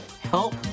help